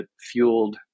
fueled